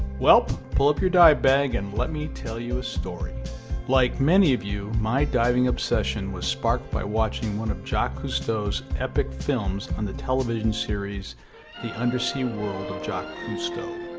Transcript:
well, pull up your dive bag and let me tell you a story like many of you my diving obsession was sparked by watching one of jacques cousteau's epic films on the television series the undersea world of jacques cousteau.